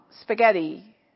spaghetti